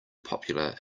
popular